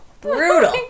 Brutal